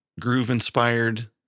groove-inspired